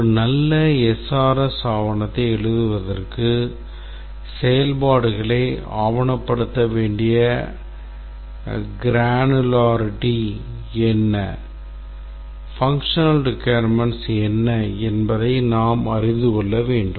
ஒரு நல்ல SRS ஆவணத்தை எழுதுவதற்கு செயல்பாடுகளை ஆவணப்படுத்த வேண்டிய கிரானுலாரிட்டி என்ன functional requirements என்ன என்பதை நாம் அறிந்து கொள்ள வேண்டும்